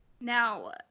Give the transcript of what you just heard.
Now